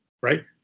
right